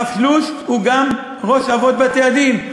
הרב שלוש הוא גם ראש אבות בתי-הדין,